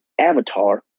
avatar